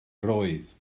roedd